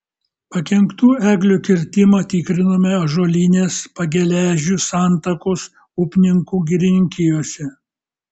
pakenktų eglių kirtimą tikrinome ąžuolynės pageležių santakos upninkų girininkijose